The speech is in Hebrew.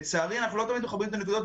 לצערי, אנחנו לא תמיד מחברים את הנקודות.